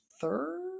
third